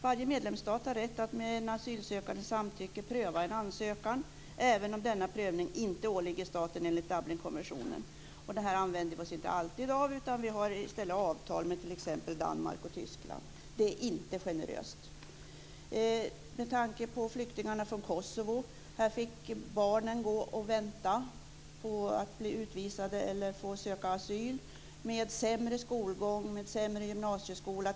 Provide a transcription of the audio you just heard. Varje medlemsstat har rätt att med den asylsökandes samtycke pröva en ansökan även om denna prövning inte åligger staten enligt Dublinkonventionen. Det använder vi oss inte alltid av, utan vi har i stället avtal med t.ex. Danmark och Tyskland. Det är inte generöst. Med tanke på flyktingarna från Kosovo: här fick barnen gå och vänta på att bli utvisade eller söka asyl, med t.ex. sämre skolgång och sämre gymnasieskola.